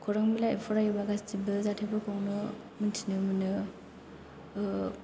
खौरां बिलाइ फरायोब्ला गासैबो जाथायफोरखौनो मिन्थिनो मोनो